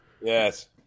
Yes